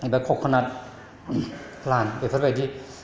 एबा कक'नाट प्लान्ट बेफोरबायदि